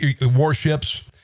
warships